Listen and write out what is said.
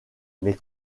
mais